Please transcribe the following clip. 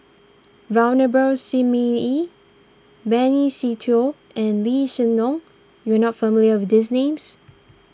Venerable Shi Ming Yi Benny Se Teo and Lee Hsien Loong you are not familiar with these names